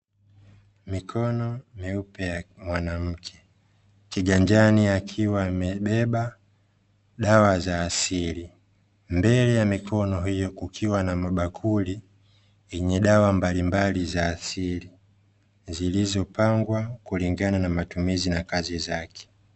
Mikono myeupe ya mwanamke, kiganjani akiwa amebeba dawa za asili, mbele ya mikono hiyo kukiwa na mabakuli yenye dawa mbalimbali za asili, zilizopangwa kulingana na matumizi ya kazi zake.